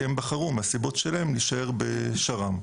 הם בחרו מהסיבות שלהם להישאר בשר"מ.